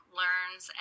learns